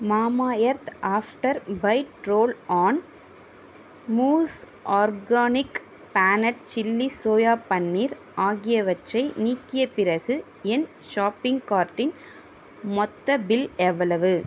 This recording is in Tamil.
மாமா earth after bite roll on mousse organic peanut chilli soya paneer ஆகியவற்றை நீக்கிய பிறகு என் ஷாப்பிங் கார்ட்டின் மொத்த பில் எவ்வளவு